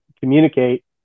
communicate